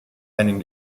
einen